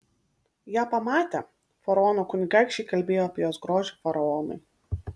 ją pamatę faraono kunigaikščiai kalbėjo apie jos grožį faraonui